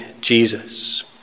Jesus